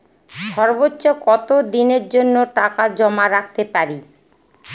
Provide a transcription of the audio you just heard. সর্বোচ্চ কত দিনের জন্য টাকা জমা রাখতে পারি?